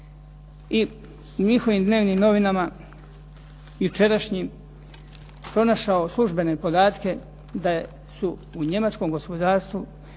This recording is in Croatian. i u njihovim dnevnim novinama jučerašnjim pronašao službene podatke da su u njemačkom gospodarstvu